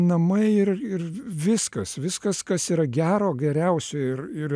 namai ir ir viskas viskas kas yra gero geriausio ir ir